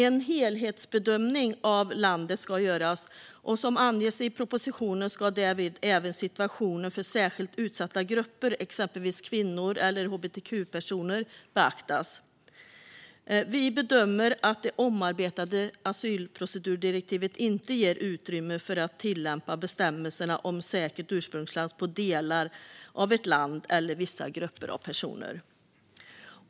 En helhetsbedömning av landet ska göras, och som anges i propositionen ska därvid även situationen för särskilt utsatta grupper, exempelvis kvinnor eller hbtq-personer, beaktas. Vi bedömer att det omarbetade asylprocedurdirektivet inte ger utrymme för att tillämpa bestämmelserna om säkert ursprungsland på delar av ett land eller vissa grupper av personer.